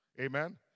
Amen